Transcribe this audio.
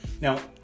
Now